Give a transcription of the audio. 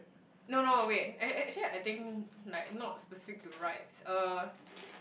no no wait ac~ actually I think like not specific to rides uh